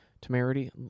temerity